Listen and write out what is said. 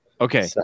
okay